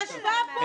ישבה פה,